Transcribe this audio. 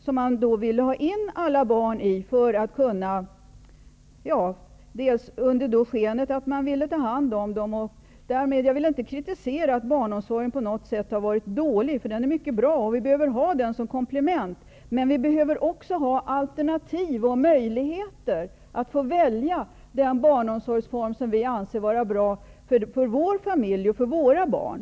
Då ville man ha in alla barn i den, under skenet att man ville ta hand om dem. Jag vill inte kritisera barnomsorgen och säga att den på något sätt har varit dålig. Den är mycket bra, och vi behöver ha den som komplement, men vi behöver också ha alternativ och möjligheter att få välja den barnomsorgsform som vi anser vara bra för vår familj och för våra barn.